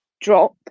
drop